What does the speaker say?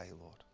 Lord